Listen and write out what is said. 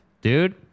Dude